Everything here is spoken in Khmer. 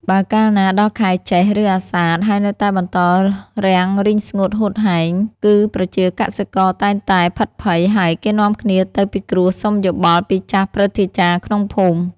បើកាលណាដល់ខែជេស្ឋ ឬអាសាឍហើយនៅតែបន្តរាំងរីងស្ងួតហួតហែង គឺប្រជាកសិករតែងតែភិតភ័យហើយគេនាំគ្នាទៅពិគ្រោះសុំយោបល់ពីចាស់ព្រឹទ្ធាចារ្យក្នុងភូមិ។